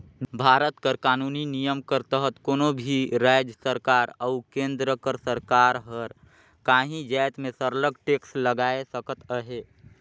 भारत कर कानूनी नियम कर तहत कोनो भी राएज सरकार अउ केन्द्र कर सरकार हर काहीं जाएत में सरलग टेक्स लगाए सकत अहे